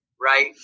right